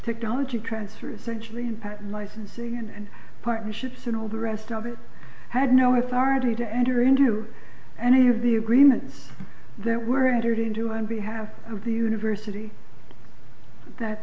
technology transfer essentially licensing and partnerships and all the rest of it had no authority to enter into any of the agreements that were entered into on behalf of the university that